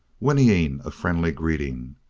whinnying a friendly greeting,